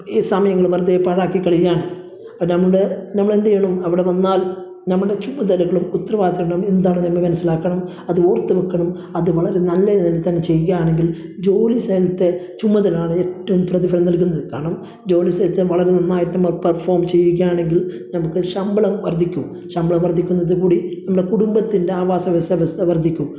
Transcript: ഈ സമയങ്ങൾ വെറുതെ പാഴാക്കി കളയുകയാണ് അപ്പം നമ്മുടെ നമ്മളെന്ത് ചെയ്യണം അവിടെ വന്നാൽ നമ്മുടെ ചുമതലകളും ഉത്തരവാദിത്തങ്ങളും എന്താണ് എന്ന് മനസ്സിലാക്കണം അത് ഓർത്ത് വെക്കണം അത് വളരെ നല്ല രീതിത്തന്നെ ചെയ്യണമെങ്കിൽ ജോലി സലത്തെ ചുമതലയാണ് ഏറ്റോം പ്രതിഫലം നൽകുന്നത് കാരണം ജോലി സലത്തെ വളരെ നന്നായിട്ടും പെർഫോം ചെയ്യുകയാണെങ്കിൽ നമുക്ക് ശമ്പളം വർദ്ധിക്കും ശമ്പളം വർദ്ധിക്കുത്കൂടി നമ്മുടെ കുടുംബത്തിൻ്റെ ആവാസവ്യവസ്ഥ വർദ്ധിക്കും